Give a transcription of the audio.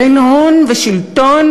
בין הון ושלטון,